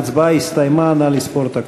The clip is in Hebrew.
ההצבעה הסתיימה, נא לספור את הקולות.